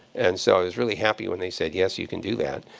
and so i was really happy when they said, yes, you can do that.